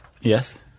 Yes